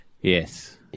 Yes